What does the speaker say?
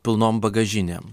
pilnom bagažinėm